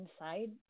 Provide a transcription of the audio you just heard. inside